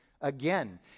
again